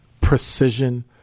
precision